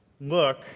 look